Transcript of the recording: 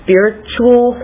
Spiritual